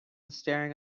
staring